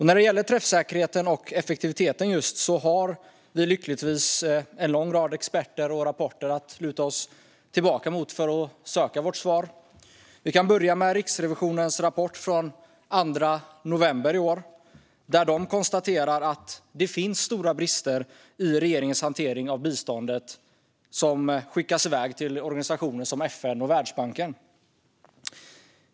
När det gäller träffsäkerheten och effektiviteten har vi lyckligtvis en lång rad experter och rapporter att luta oss mot när vi söker ett svar. Vi kan börja med Riksrevisionens rapport från den 2 november i år, där man konstaterar att det finns stora brister i regeringens hantering av biståndet som skickas i väg till organisationer som FN och Världsbanken.